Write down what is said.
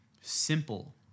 simple